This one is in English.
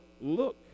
look